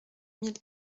mille